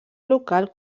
local